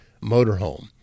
motorhome